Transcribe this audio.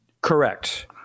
Correct